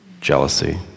jealousy